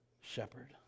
shepherd